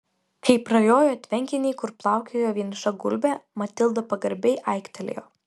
kai prajojo tvenkinį kur plaukiojo vieniša gulbė matilda pagarbiai aiktelėjo